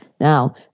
Now